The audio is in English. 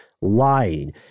lying